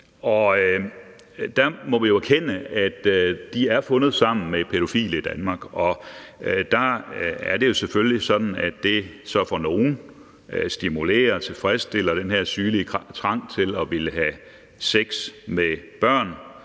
Vi må jo erkende, at de er fundet sammen med pædofile i Danmark, og der er det selvfølgelig sådan, at det for nogle stimulerer, tilfredsstiller den her sygelige trang til at ville have sex med børn